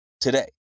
Today